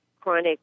chronic